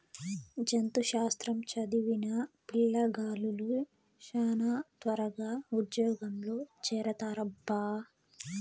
జంతు శాస్త్రం చదివిన పిల్లగాలులు శానా త్వరగా ఉజ్జోగంలో చేరతారప్పా